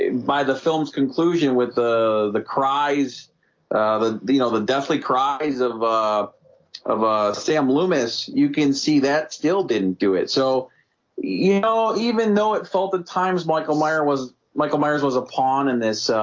by the film's conclusion with the the cries the the you know, the deathly cries of ah of ah, sam loomis you can see that still didn't do it. so you know, even though it felt that times michael mayer was michael myers was a pawn in this